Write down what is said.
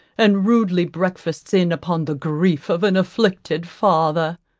and rudely breakest in upon the grief of an afflicted father.